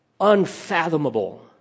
Unfathomable